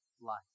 life